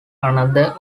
another